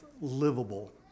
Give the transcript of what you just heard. livable